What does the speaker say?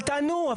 אבל תענו.